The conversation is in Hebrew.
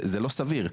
זה לא סביר.